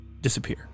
disappear